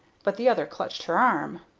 but the other clutched her arm.